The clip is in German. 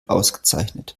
ausgezeichnet